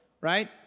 right